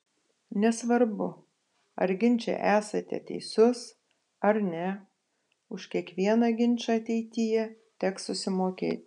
nesvarbu ar ginče esate teisus ar ne už kiekvieną ginčą ateityje teks susimokėti